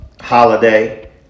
Holiday